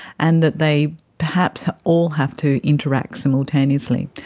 and that they perhaps all have to interact simultaneously.